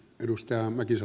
arvoisa puhemies